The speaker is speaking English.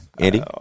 Andy